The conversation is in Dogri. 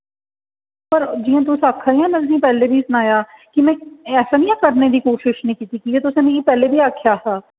पर जि'यां तुस आखा दियां में तुसें गी पैह्लें बी सनाया कि में ऐसा निं ऐ करने दी कोशिश निं कीती जि'यां तुसें मिगी पैह्लें बी आखेआ हा